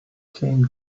came